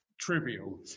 trivial